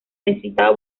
necesitaba